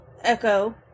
Echo